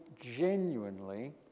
genuinely